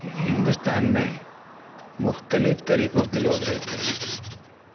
ہندوستان میں مختلف طریقوں کے لوگ رہتے ہیں